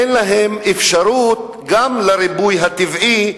אין להן אפשרות גם לריבוי הטבעי,